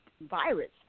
virus